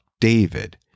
David